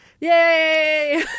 Yay